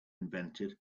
invented